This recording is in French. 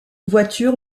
voiture